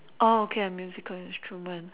oh okay musical instrument